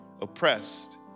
oppressed